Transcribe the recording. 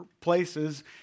places